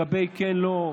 כן או לא,